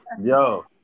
Yo